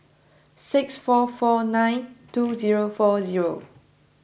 six four four nine two zero four zero